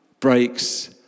Breaks